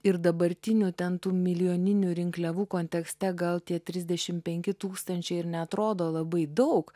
ir dabartinių ten tų milijoninių rinkliavų kontekste gal tie trisdešim penki tūkstančiai ir neatrodo labai daug